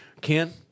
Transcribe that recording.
Ken